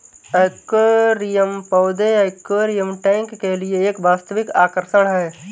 aquarium पौधे aquarium tank के लिए एक वास्तविक आकर्षण है